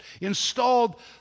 installed